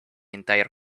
entire